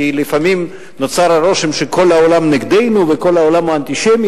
כי לפעמים נוצר הרושם שכל העולם נגדנו וכל העולם הוא אנטישמי.